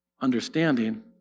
understanding